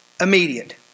immediate